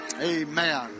Amen